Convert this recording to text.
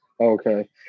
okay